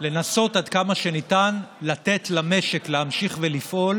לנסות עד כמה שניתן לתת למשק להמשיך ולפעול